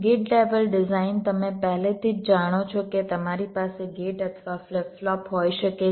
gate level design તમે પહેલાથી જ જાણો છો કે તમારી પાસે ગેટ અથવા ફ્લિપ ફ્લોપ હોઈ શકે છે